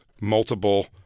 multiple